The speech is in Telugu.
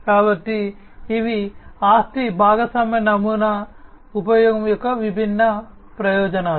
కాబట్టి ఇవి ఆస్తి భాగస్వామ్య నమూనా ఉపయోగం యొక్క విభిన్న ప్రయోజనాలు